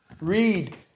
Read